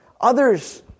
others